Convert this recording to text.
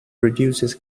reduces